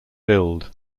build